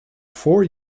four